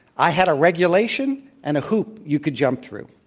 i had a regulation and a hoop you could jump through.